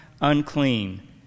unclean